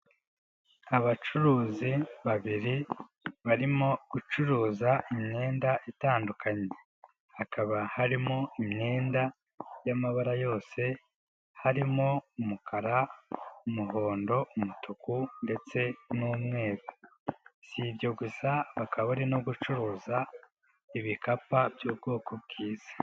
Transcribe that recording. Abacuruzi babiri barimo gucuruza imyenda itandukanye hakaba harimo imyenda y'amabara yose harimo umukara, umuhondo, umutuku ndetse n'umweru, si ibyo gusa akaba bakaba bari no gucuruza ibikapa by'ubwoko bwiza.